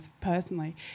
personally